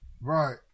Right